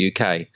uk